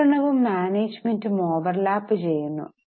നിയന്ത്രണവും മാനേജുമെന്റും ഓവർലാപ്പുചെയ്യുന്നു